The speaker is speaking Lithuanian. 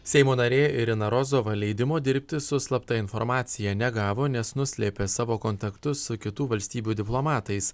seimo narė irina rozova leidimo dirbti su slapta informacija negavo nes nuslėpė savo kontaktus su kitų valstybių diplomatais